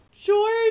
George